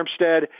Armstead